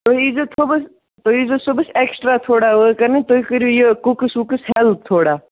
تُہۍ ییٖزیو صُبحَس تُہۍ ییٖزیو صُبحَس اٮ۪کسٹرٛا تھوڑا ؤرٕک کَرنہِ تُہۍ کٔرِو یہِ کُکس وُکس ہٮ۪لٕپ تھوڑا